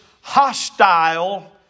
hostile